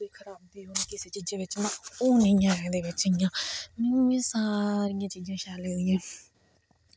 जियां किसे चीजे बिच्च न ओह् नेंई ऐं एह्दे बिच्च इयां मतलव मिगी सारियां चीजां शैल लगदियां